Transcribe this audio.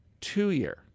two-year